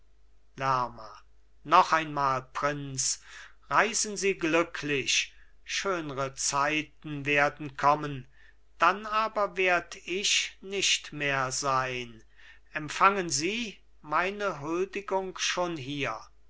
lerma noch einmal prinz reisen sie glücklich schönre zeiten werden kommen dann aber werd ich nicht mehr sein empfangen sie meine huldigung schon hier